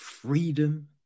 Freedom